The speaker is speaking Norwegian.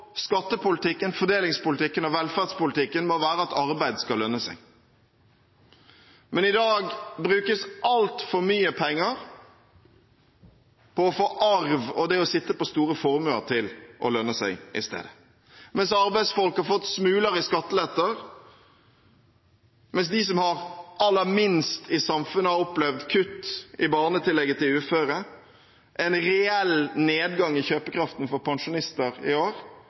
skattepolitikken, fordelingspolitikken og velferdspolitikken må være at arbeid skal lønne seg, men i dag brukes altfor mye penger på å få arv og det å sitte på store formuer til å lønne seg i stedet. Mens arbeidsfolk har fått smuler i skatteletter, mens de som har aller minst i samfunnet, har opplevd kutt i barnetillegget til uføre og en reell nedgang i kjøpekraften for pensjonister i år,